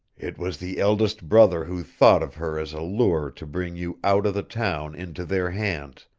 it was the eldest brother who thought of her as a lure to bring you out of the town into their hands,